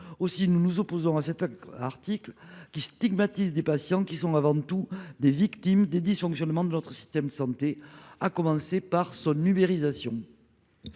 Aussi nous opposons-nous à cet article, qui stigmatise des patients avant tout des victimes des dysfonctionnements de notre système de santé, à commencer par l'ubérisation